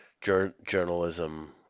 journalism